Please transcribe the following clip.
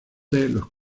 los